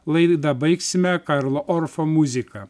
laidą baigsime karlo orfo muzika